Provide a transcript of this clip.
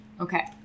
Okay